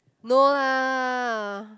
no lah